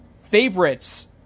favorites